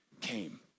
came